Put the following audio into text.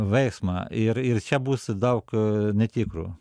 veiksmą ir ir čia bus daug netikro